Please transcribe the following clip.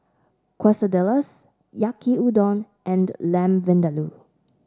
Quesadillas Yaki Udon and Lamb Vindaloo